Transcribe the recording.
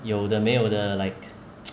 有的没有的 like